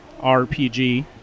RPG